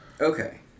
Okay